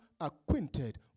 acquainted